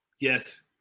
Yes